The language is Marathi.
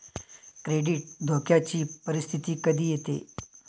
क्रेडिट धोक्याची परिस्थिती कधी येते